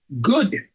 Good